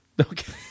Okay